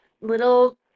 little